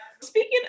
Speaking